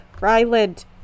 Ryland